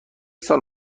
سال